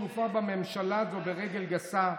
שהופר בממשלה הזו ברגל גסה,